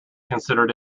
considered